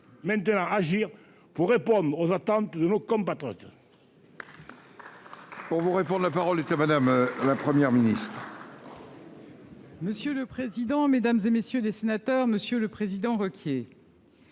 maintenant à agir pour répondre aux attentes de nos compatriotes.